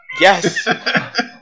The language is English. Yes